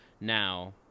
now